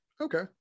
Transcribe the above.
Okay